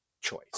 choice